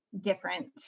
different